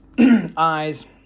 eyes